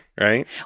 Right